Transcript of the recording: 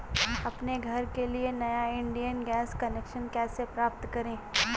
अपने घर के लिए नया इंडियन गैस कनेक्शन कैसे प्राप्त करें?